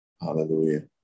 Hallelujah